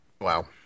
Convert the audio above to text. Wow